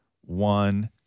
one